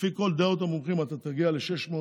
לפי כל דעת המומחים אתה תגיע ל-600,